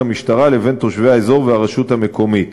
המשטרה לבין תושבי האזור והרשות המקומית.